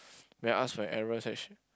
when ask for errors